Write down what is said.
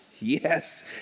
Yes